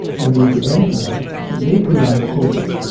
and if the emperor should legalise opium,